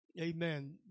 Amen